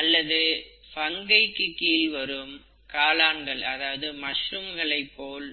அல்லது பங்கைக்கு கீழ்வரும் காளான்களை போல்